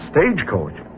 Stagecoach